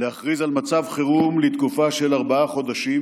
להכריז על מצב חירום לתקופה של ארבעה חודשים.